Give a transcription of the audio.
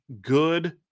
good